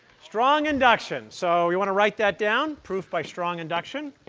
strong induction so you want to write that down proof by strong induction.